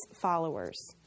followers